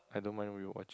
I don't mind rewatching